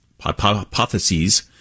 hypotheses